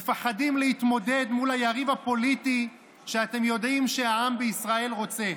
מפחדים להתמודד מול היריב הפוליטי שאתם יודעים שהעם בישראל רוצה.